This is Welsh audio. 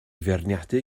feirniadu